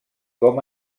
com